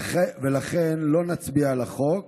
לכן לא נצביע על החוק,